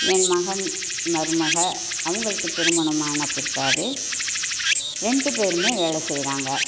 என் மகன் மருமகள் அவங்களுக்கு திருமணமான பிற்பாடு ரெண்டு பேருமே வேலை செய்கிறாங்க